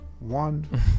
One